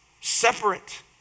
separate